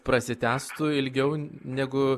prasitęstų ilgiau negu